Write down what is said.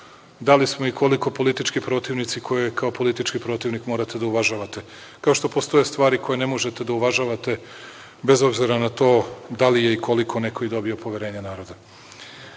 da li smo i koliko politički protivnici koje kao politički protivnik morate da uvažavate, kao što postoje stvari koje ne možete da uvažavate bez obzira na to da li je i koliko neko dobio poverenje